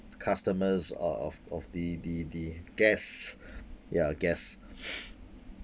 customers of of the the the guests ya guest